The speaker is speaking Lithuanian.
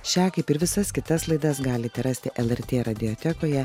šią kaip ir visas kitas laidas galite rasti lrt radiotekoje